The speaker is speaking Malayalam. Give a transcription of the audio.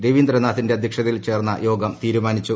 രവീന്ദ്രനാഥിന്റെ അധ്യക്ഷതയിൽ ചേർന്ന യോഗം തീരുമാനിച്ചു